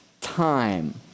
time